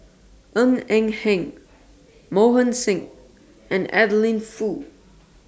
Ng Eng Hen Mohan Singh and Adeline Foo